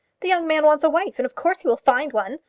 the young man wants a wife, and of course he will find one.